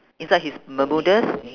inside his bermudas